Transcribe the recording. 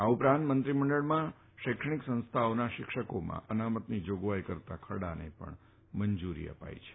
આ ઉપરાંત મંત્રીમંડળમાં શૈક્ષણિક સંસ્થાઓના શિક્ષકોમાં અનામતની જાગવાઈ કરતા ખરડાને મંજૂરી અપાઈ છે